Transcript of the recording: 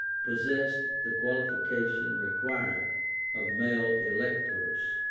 possessed the qualification required of male electors.